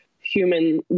human